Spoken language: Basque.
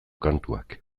kantuak